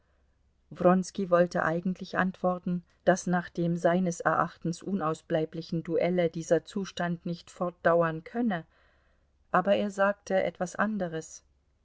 wollte eigentlich antworten daß nach dem seines erachtens unausbleiblichen duelle dieser zustand nicht fortdauern könne aber er sagte etwas anderes